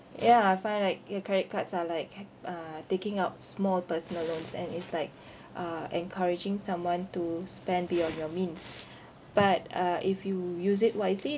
ya I find like ya credit cards are like uh taking out small personal loans and it's like uh encouraging someone to spend beyond your means but uh if you use it wisely